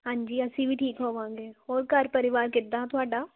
ਹਾਂਜੀ ਅਸੀਂ ਵੀ ਠੀਕ ਹੋਵਾਂਗੇ ਹੋਰ ਘਰ ਪਰਿਵਾਰ ਕਿੱਦਾਂ ਤੁਹਾਡਾ